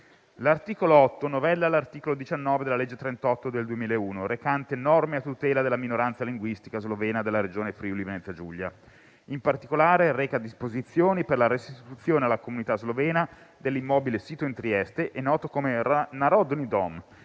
L'articolo 8 novella l'articolo 19 della legge n. 38 del 2001, recante norme a tutela della minoranza linguistica slovena della Regione Friuli-Venezia Giulia. In particolare, reca disposizioni per la restituzione alla comunità slovena dell'immobile sito in Trieste e noto come Narodni Dom,